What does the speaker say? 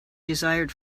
desired